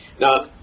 Now